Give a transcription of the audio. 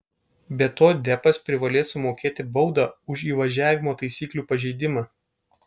be to deppas privalės sumokėti baudą už įvažiavimo taisyklių pažeidimą